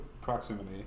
proximity